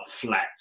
flat